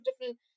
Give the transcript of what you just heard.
different